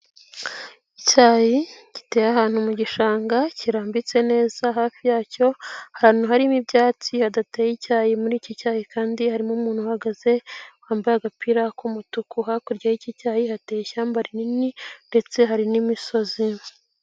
Icyayi giteye ahantu mu gishanga kirambitse neza hafi yacyo hari ahantu harimo ibyatsi hadateye icyayi, muri iki cyayi kandi harimo umuntu uhagaze wambaye agapira k'umutuku, hakurya y'icyayi hateye ishyamba rinini ndetse hari n'imisozi.